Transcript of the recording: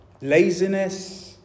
laziness